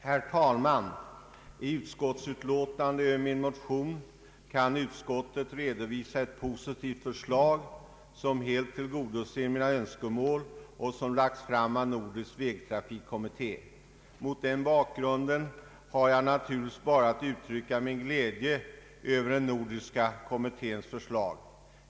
Herr talman! I utlåtandet över min motion kan utskottet redovisa ett positivt förslag, som helt tillgodoser mina önskemål och som lagts fram av Nordisk vägtrafikkommitté. Mot den bakgrunden har jag naturligtvis bara att uttrycka min glädje över den nordiska kommitténs förslag.